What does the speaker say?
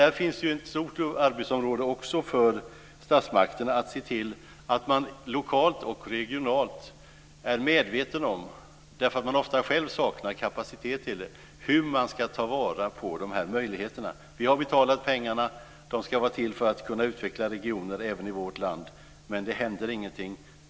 Där finns ett stort arbetsområde för statsmakterna att se till att man lokalt och regionalt är medveten om - eftersom man själv ofta saknar kapacitet - hur man ska ta vara på möjligheterna. Vi har betalat pengarna. De ska vara till för att utveckla regioner även i vårt land. Det händer ingenting.